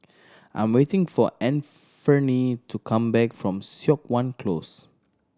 I'm waiting for Anfernee to come back from Siok Wan Close